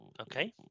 Okay